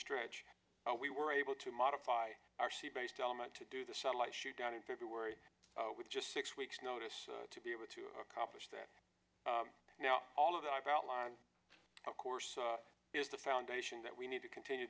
stretch we were able to modify our sea based element to do the satellite shoot down in february with just six weeks notice to be able to accomplish that now all of that i've outlined of course is the foundation that we need to continue